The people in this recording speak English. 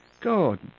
God